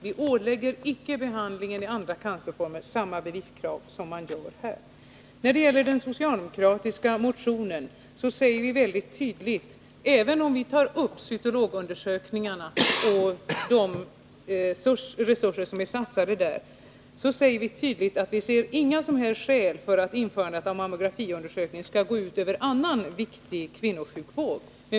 Vi lägger icke samma beviskrav på behandlingen av andra cancerformer som vad man gör på denna cancerform. I den socialdemokratiska motionen säger vi väldigt tydligt, även om vi tar upp cytologundersökningarna och de resurser som satsats på dessa, att det inte finns några som helst skäl för att införandet av mammografiundersökning skall gå ut över annan viktig kvinnosjukvård.